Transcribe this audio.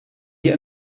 wir